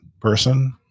person